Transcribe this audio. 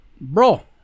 bro